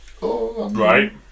Right